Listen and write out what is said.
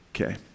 Okay